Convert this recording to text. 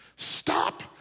Stop